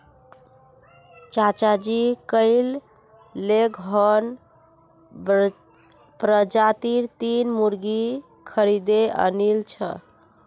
चाचाजी कइल लेगहॉर्न प्रजातीर तीन मुर्गि खरीदे आनिल छ